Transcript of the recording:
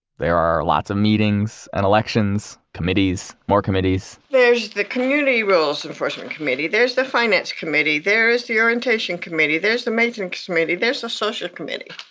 there lots of meetings and elections, committees, more committees there's the community rules enforcement committee. there's the finance committee. there is the orientation committee. there's the maintenance committee. there's the social committee.